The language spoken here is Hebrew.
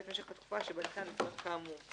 ואת משך התקופה שבה ניתן לפנות כאמור.